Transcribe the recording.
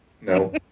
no